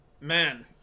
Man